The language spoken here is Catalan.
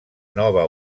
nova